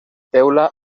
teula